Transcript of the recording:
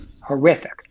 horrific